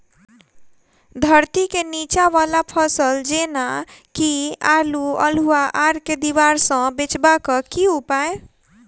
धरती केँ नीचा वला फसल जेना की आलु, अल्हुआ आर केँ दीवार सऽ बचेबाक की उपाय?